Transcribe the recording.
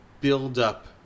build-up